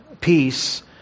peace